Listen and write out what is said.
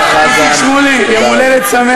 בבקשה, אדוני, בבקשה.